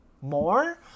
more